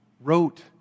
wrote